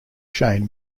shane